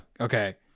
Okay